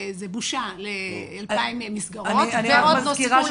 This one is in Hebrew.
זה בושה ל-2,000 מסגרות, ועוד נוספו לנו